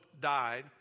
died